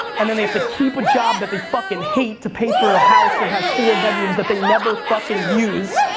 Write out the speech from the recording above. and then they have to keep a job that they fucking hate to pay for a house that has four bedrooms that they never fucking use.